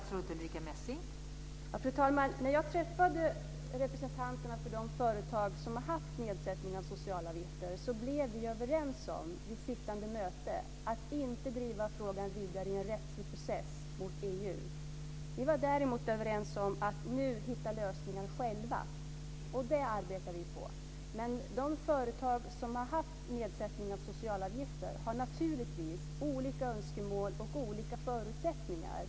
Fru talman! När jag träffade representanterna för de företag som har haft nedsättning av socialavgifter kom vi vid sittande möte överens om att inte driva frågan vidare i en rättslig process mot EU. Vi var däremot överens om att nu hitta lösningar själva, och det arbetar vi på. De företag som har haft nedsättning av socialavgifter har naturligtvis olika önskemål och olika förutsättningar.